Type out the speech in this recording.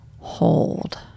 Hold